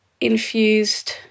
infused